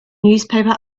newspaper